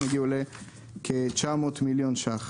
הגיעו לכ-900 מיליון ₪.